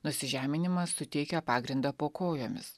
nusižeminimas suteikia pagrindą po kojomis